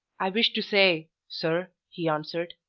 i wish to say, sir, he answered,